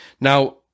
Now